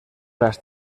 las